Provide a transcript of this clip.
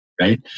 Right